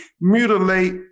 mutilate